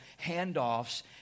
handoffs